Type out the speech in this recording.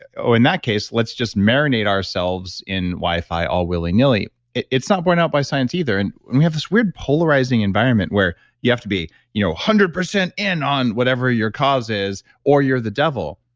oh, in that case, let's just marinate ourselves in wifi all willy nilly it's not born out by science either. and we have this weird polarizing environment where you have to be one you know hundred percent in on whatever your cause is or you're the devil.